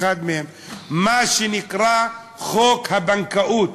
אחד מהם מה שנקרא חוק הבנקאות.